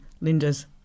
Linda's